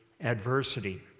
adversity